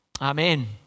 Amen